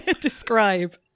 describe